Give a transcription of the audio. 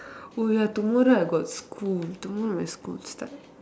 oh ya tomorrow I got school tomorrow my school start